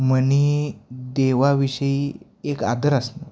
मनी देवाविषयी एक आदर असणं